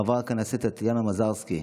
חברת הכנסת טטיאנה מזרסקי,